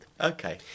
Okay